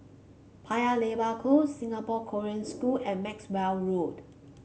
Paya Lebar Close Singapore Korean School and Maxwell Road